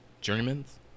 journeyman's